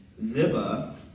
Ziba